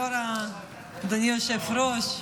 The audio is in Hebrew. אדוני היושב-ראש,